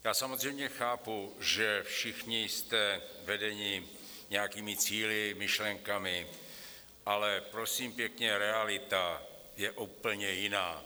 Já samozřejmě chápu, že všichni jste vedeni nějakými cíli, myšlenkami, ale prosím pěkně, realita je úplně jiná.